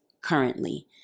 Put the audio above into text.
currently